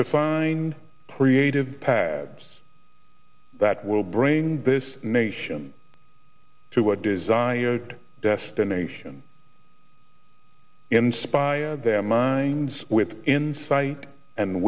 to find prieta pads that will bring this nation to a desired destination inspire their minds with insight and